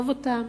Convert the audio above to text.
לשאוב אותם,